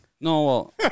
No